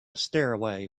stairway